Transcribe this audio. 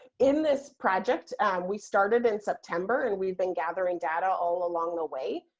in this project we started in september and we been gathering data all along the way.